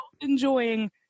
enjoying